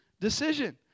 decision